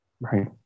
right